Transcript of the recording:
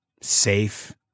safe